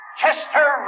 Chester